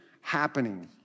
happening